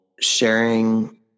sharing